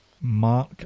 mark